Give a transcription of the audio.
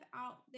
out